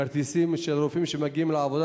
כרטיסים של רופאים שמגיעים לעבודה,